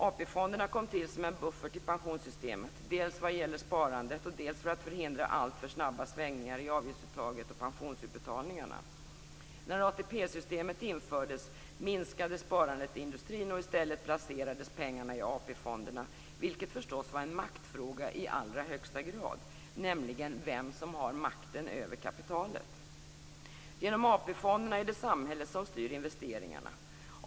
AP-fonderna kom till som en buffert i pensionssystemet dels vad gäller sparandet, dels för att förhindra alltför snabba svängningar i avgiftsuttaget och pensionsutbetalningarna. När ATP-systemet infördes minskade sparandet i industrin och i stället placerades pengarna i AP-fonderna, vilket förstås var en maktfråga i allra högsta grad. Det handlar nämligen om vem som har makten över kapitalet. Genom AP fonderna är det samhället som styr investeringarna.